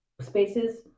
spaces